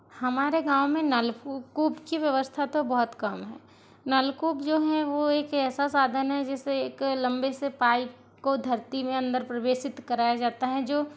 हमारे गाँव में नल फूफ कूप की व्यवस्था तो बहुत कम है नलकूप जो हैं वो एक ऐसा साधन हैं जिससे एक लंबे से पाइप को धरती में अंदर प्रवेशित कराया जाता है जो